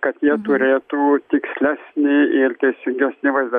kad jie turėtų tikslesnį ir teisingesnį vaizdą